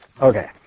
Okay